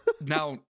Now